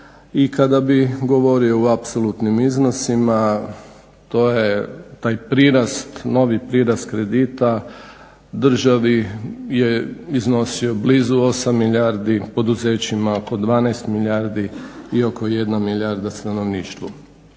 i kada bih govorio u apsolutnim iznosima to je taj prirast, novi prirast kredita državi je iznosio blizu 8 milijardi, poduzećima oko 12 milijardi i oko 1 milijarda stanovništvu.